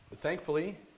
thankfully